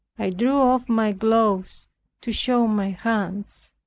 i drew off my gloves to show my hands.